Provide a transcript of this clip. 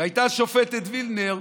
והייתה השופטת וילנר,